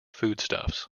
foodstuffs